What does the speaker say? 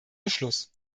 beschluss